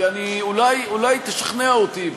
אולי תשכנע אותי,